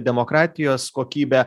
demokratijos kokybė